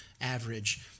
average